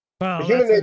Wow